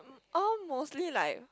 all mostly like